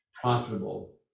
profitable